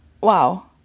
wow